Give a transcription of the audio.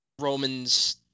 roman's